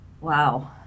Wow